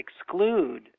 exclude